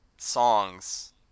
songs